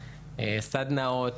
סדנאות,